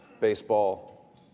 baseball